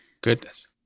Goodness